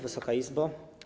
Wysoka Izbo!